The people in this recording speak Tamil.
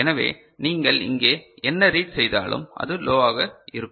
எனவே நீங்கள் இங்கே என்ன ரீட் செய்தாலும் அது லோவாக இருக்கும்